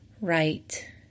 right